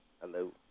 Hello